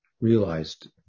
realized